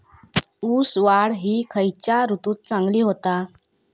ऊस वाढ ही खयच्या ऋतूत चांगली होता?